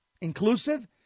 inclusive